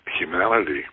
humanity